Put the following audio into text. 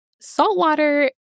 saltwater